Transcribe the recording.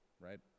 right